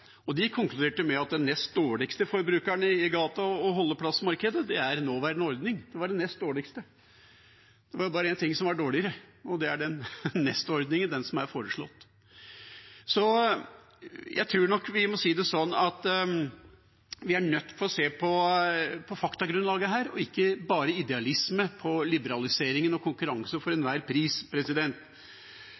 De konkluderte med at det nest dårligste for brukerne i gate- og holdeplassmarkedet er nåværende ordning. Det var det nest dårligste. Det var bare en ting som var dårligere, og det er den neste ordningen: den som er foreslått. Så jeg tror nok vi er nødt til å se på faktagrunnlaget her og ikke bare idealisme og liberalisering og konkurranse for enhver pris.